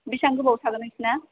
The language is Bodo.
बेसेबां गोबाव थागोन नोंसोरना